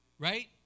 Right